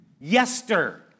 Yester